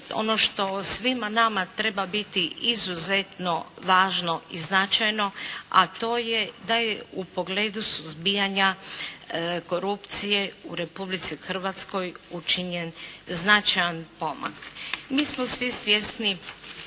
ono što svima nama treba biti izuzetno važno i značajno, a to je da je u pogledu suzbijanja korupcije u Republici Hrvatskoj učinjen značajan pomak. Mi smo svi svjesni